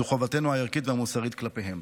זו חובתנו הערכית והמוסרית כלפיהם.